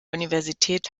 universität